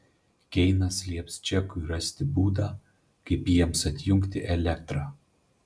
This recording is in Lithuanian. keinas lieps džekui rasti būdą kaip jiems atjungti elektrą